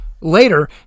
Later